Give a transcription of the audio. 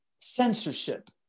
censorship